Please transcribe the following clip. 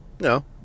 No